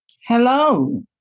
Hello